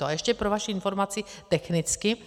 A ještě pro vaši informaci technicky.